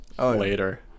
Later